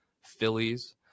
Phillies